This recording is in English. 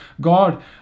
God